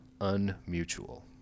unmutual